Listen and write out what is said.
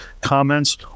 comments